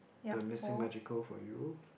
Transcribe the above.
the missing magical for you